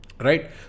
Right